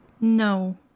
No